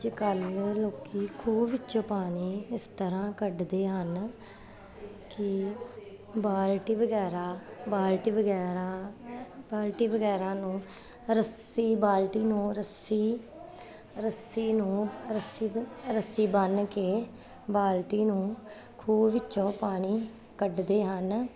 ਅੱਜ ਕੱਲ੍ਹ ਲੋਕੀ ਖੂਹ ਵਿੱਚੋਂ ਪਾਣੀ ਇਸ ਤਰ੍ਹਾਂ ਕੱਢਦੇ ਹਨ ਕਿ ਬਾਲਟੀ ਵਗੈਰਾ ਬਾਲਟੀ ਵਗੈਰਾ ਬਾਲਟੀ ਵਗੈਰਾ ਨੂੰ ਰੱਸੀ ਬਾਲਟੀ ਨੂੰ ਰੱਸੀ ਰੱਸੀ ਨੂੰ ਰੱਸੀ ਬ ਰੱਸੀ ਬੰਨ ਕੇ ਬਾਲਟੀ ਨੂੰ ਖੂਹ ਵਿੱਚੋਂ ਪਾਣੀ ਕੱਢਦੇ ਹਨ